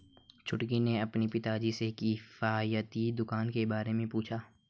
छुटकी ने अपने पिताजी से किफायती दुकान के बारे में पूछा